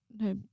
No